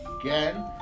again